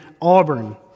Auburn